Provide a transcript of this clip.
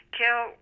kill